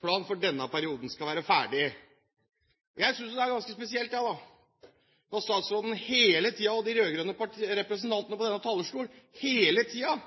for denne perioden skal være ferdig. Jeg synes det er ganske spesielt når statsråden og de rød-grønne representantene på denne talerstol hele tiden